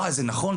וואי זה נכון,